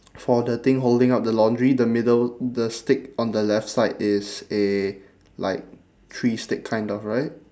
for the thing holding up the laundry the middle the stick on the left side is a like tree stick kind of right